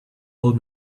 old